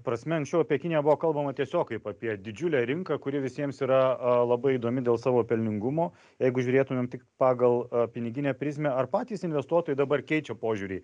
prasme anksčiau apie kiniją buvo kalbama tiesiog kaip apie didžiulę rinką kuri visiems yra a labai įdomi dėl savo pelningumo jeigu žiūrėtumėm tik pagal piniginę prizmę ar patys investuotojai dabar keičia požiūrį